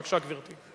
בבקשה, גברתי.